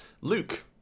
Luke